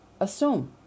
assume